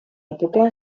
època